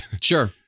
Sure